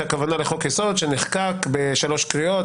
שהכוונה לחוק-יסוד שנחקק בשלוש קריאות,